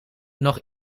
nog